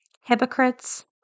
hypocrites